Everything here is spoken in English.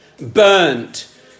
burnt